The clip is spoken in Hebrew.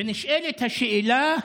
נשאלת השאלה: